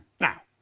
Now